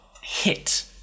hit